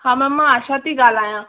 हा मैम मां आशा थी ॻाल्हायां